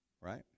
Right